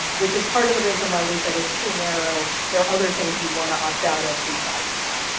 which is part of the reason why we said it's too narrow. there are other things you'd want to opt out of besides that.